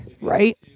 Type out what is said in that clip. Right